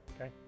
okay